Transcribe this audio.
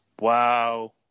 Wow